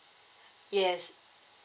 yes